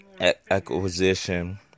acquisition